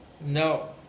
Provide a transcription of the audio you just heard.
No